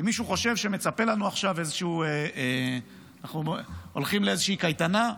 אם מישהו חושב שאנחנו הולכים לאיזושהי קייטנה,